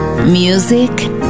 Music